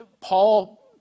Paul